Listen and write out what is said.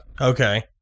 Okay